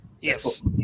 Yes